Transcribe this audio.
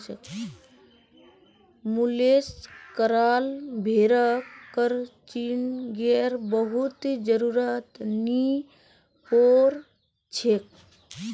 मुलेस कराल भेड़क क्रचिंगेर बहुत जरुरत नी पोर छेक